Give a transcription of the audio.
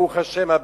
ברוך השם,